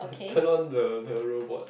turn on the the robot